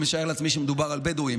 אני משער לעצמי שמדובר בבדואים,